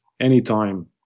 anytime